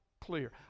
clear